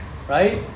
Right